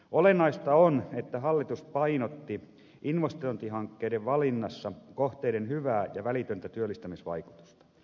olennaista on että hallitus painotti investointihankkeiden valinnassa kohteiden hyvää ja välitöntä työllistämisvaikutusta